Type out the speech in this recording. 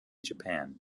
japan